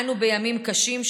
אנו בימים קשים,